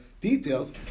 details